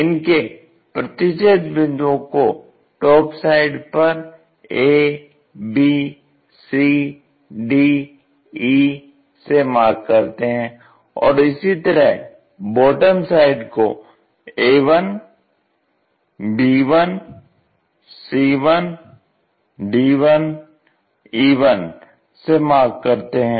इनके प्रतिच्छेद बिंदुओं को टॉप साइड पर abcde से मार्क करते हैं और इसी तरह बॉटम साइड को a1b1c1d1e1 से मार्क करते हैं